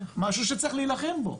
משהו שצריך להילחם בו.